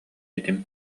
этим